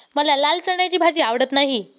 मला लाल चण्याची भाजी आवडत नाही